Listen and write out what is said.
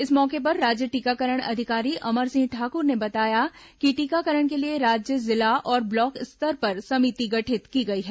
इस मौके पर राज्य टीकाकरण अधिकारी अमर सिंह ठाकुर ने बताया कि टीकाकरण के लिए राज्य जिला और ब्लॉक स्तर पर समिति गठित की गई है